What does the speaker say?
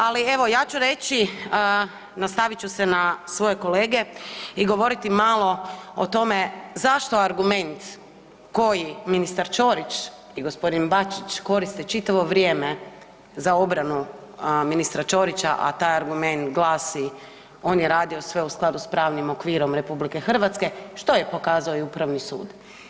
Ali evo ja ću reći, nastavit ću se na svoje kolege i govoriti malo o tome zašto argument koji ministar Ćorić i gospodin Bačić koriste čitavo vrijeme za obranu ministra Ćorića, a taj argument glasi, on je radio sve u skladu s pravnim okvirom RH što je pokazao i Upravni sud.